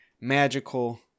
magical